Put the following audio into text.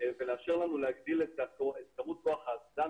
ולאפשר לנו להגדיל את כמות כוח האדם